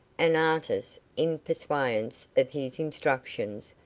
and artis, in pursuance of his instructions,